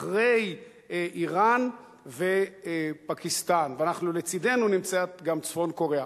אחרי אירן ופקיסטן, ולצדנו נמצאת גם צפון-קוריאה.